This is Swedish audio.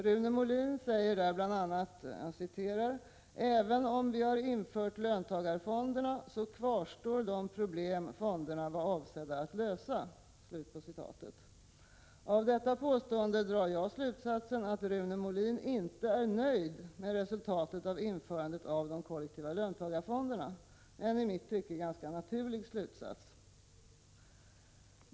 Rune Molin säger där bl.a.: ”Även om vi har infört löntagarfonderna, så kvarstår de problem fonderna var avsedda att lösa.” Av detta påstående drar jag slutsatsen att Rune Molin inte är nöjd med resultaten av införandet av de kollektiva löntagarfonderna, en i mitt tycke ganska naturlig slutsats.